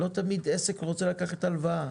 לא תמיד עסק רוצה לקחת הלוואה,